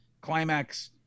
climax